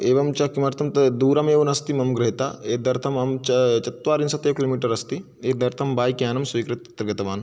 एवं च किमर्थं त् दूरमेव नास्ति मम गृहतः एतदर्थम् अहं च चत्वारिंशत् एव किलोमीटर् अस्ति एतदर्थम् बैक्यानं स्वीकृत्य गतवान्